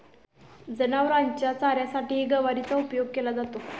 जनावरांच्या चाऱ्यासाठीही गवारीचा उपयोग केला जातो